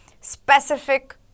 specific